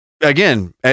again